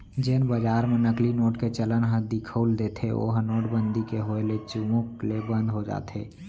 जेन बजार म नकली नोट के चलन ह दिखउल देथे ओहा नोटबंदी के होय ले चुमुक ले बंद हो जाथे